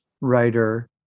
writer